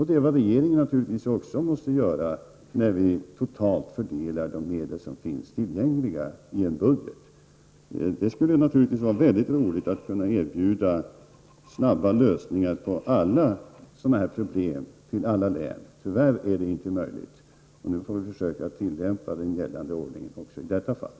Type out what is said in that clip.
Det måste naturligtvis också vi i regeringen göra när vi totalt fördelar de medel som finns tillgängliga i en budget. Självfallet skulle det vara mycket roligt om det var möjligt att erbjuda alla län snabba lösningar på problem av det här slaget. Tyvärr är det inte möjligt. Vi får försöka tillämpa gällande ordning också i detta fall.